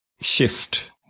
shift